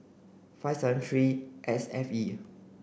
five seven three S F E